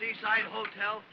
seaside hotel